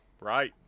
Right